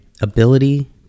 ability